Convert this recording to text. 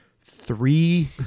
three